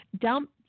dump